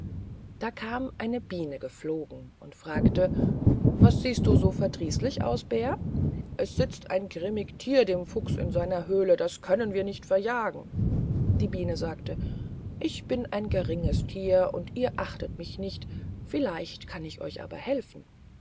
da kam eine biene geflogen und fragte was siehst du so verdrießlich aus bär es sitzt ein grimmig thier dem fuchs in seiner höhle das können wir nicht verjagen die biene sagt ich bin ein geringes thier und ihr achtet mich nicht vielleicht kann ich euch aber helfen